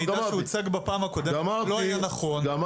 כי המידע שהוצג בפעם הקודמת לא היה נכון.